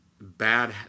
bad